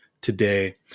today